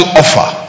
offer